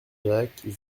jacques